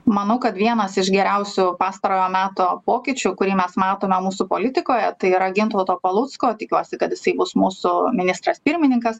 manau kad vienas iš geriausių pastarojo meto pokyčių kurį mes matome mūsų politikoje tai yra gintauto palucko tikiuosi kad jisai bus mūsų ministras pirmininkas